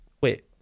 Wait